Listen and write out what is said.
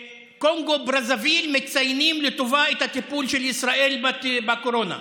בקונגו-ברזוויל מציינים לטובה את הטיפול של ישראל בקורונה,